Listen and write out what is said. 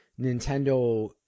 Nintendo